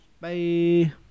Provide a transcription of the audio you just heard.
Bye